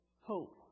hope